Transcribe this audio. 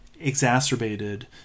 exacerbated